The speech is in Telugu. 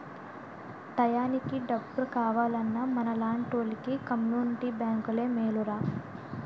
టయానికి డబ్బు కావాలన్నా మనలాంటోలికి కమ్మునిటీ బేంకులే మేలురా